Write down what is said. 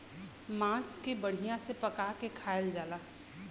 मांस के बढ़िया से पका के खायल जाला